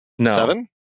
Seven